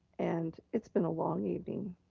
and it's been a long evening,